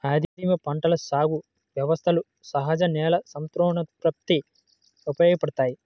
ఆదిమ పంటల సాగు వ్యవస్థలు సహజ నేల సంతానోత్పత్తికి ఉపయోగపడతాయి